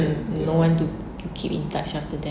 no one to keep in touch after that